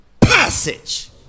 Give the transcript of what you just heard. passage